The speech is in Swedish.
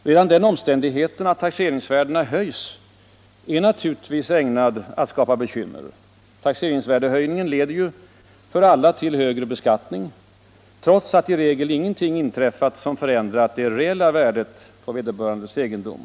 Redan den omständigheten att taxeringsvärdena höjs är naturligtvis ägnad att skapa bekymmer. Taxeringsvärdehöjningen leder ju för alla till högre beskattning, trots att i regel ingenting inträffat som förändrat det reella värdet på vederbörandes egendom.